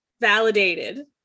validated